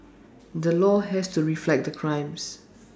the law has to reflect the crimes